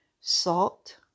salt